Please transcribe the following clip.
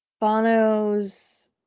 Bono's